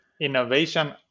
Innovation